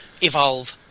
Evolve